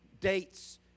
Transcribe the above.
dates